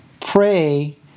pray